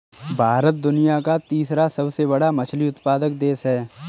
भारत दुनिया का तीसरा सबसे बड़ा मछली उत्पादक देश है